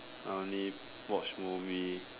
I only watch movie